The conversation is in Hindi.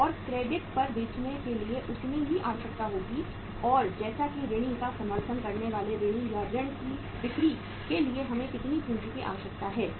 और क्रेडिट पर बेचने के लिए उतनी ही आवश्यकता होगी और जैसा कि ऋणी का समर्थन करने वाले ऋणी या ऋण की बिक्री के लिए हमें कितनी पूंजी की आवश्यकता है